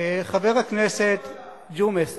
חבר הכנסת ג'ומס,